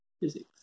physics